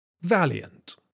Valiant